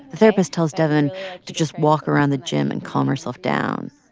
the therapist tells devyn to just walk around the gym and calm herself down.